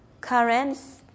currents